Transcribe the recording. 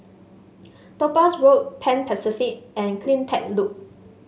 Topaz Road Pan Pacific and CleanTech Loop